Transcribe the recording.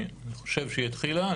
אני חושב שהיא התחילה,